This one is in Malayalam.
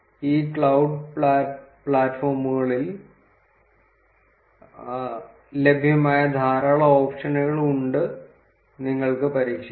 ഈ ക്ലൌഡ് പ്ലാറ്റ്ഫോമുകളിൽ ലഭ്യമായ ധാരാളം ഓപ്ഷനുകൾ ഉണ്ട് നിങ്ങൾക്ക് പരീക്ഷിക്കാൻ